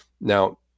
Now